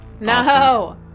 No